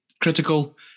critical